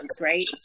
right